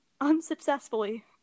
unsuccessfully